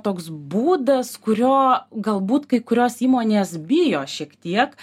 toks būdas kurio galbūt kai kurios įmonės bijo šiek tiek